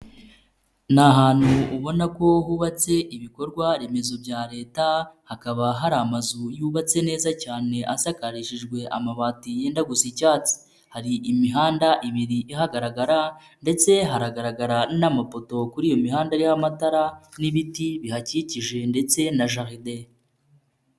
Ni ahantu ubona ko hubatse ibikorwaremezo bya leta, hakaba hari amazu yubatse neza cyane asakarishijwe amabati yenda gusa icyatsi. Hari imihanda ibiri ihagaragara, ndetse hagaragara n'amapoto kuri iyo mihanda ariho amatara n'ibiti bihakikije ndetse na garden.